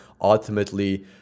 ultimately